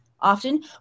often